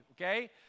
okay